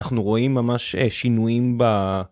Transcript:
אנחנו רואים ממש שינויים ב...